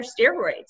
steroids